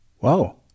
wow